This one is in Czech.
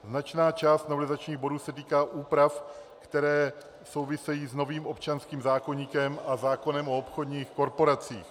Značná část novelizačních bodů se týká úprav, které souvisejí s novým občanským zákoníkem a zákonem o obchodních korporacích.